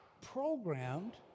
programmed